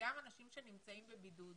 גם לאנשים שנמצאים בבידוד